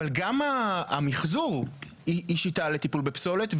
אבל גם המחזור היא שיטה לטיפול בפסולת,